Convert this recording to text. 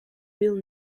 real